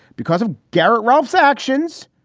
because of garratt ralph's actions,